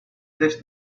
this